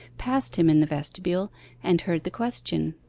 passed him in the vestibule and heard the question.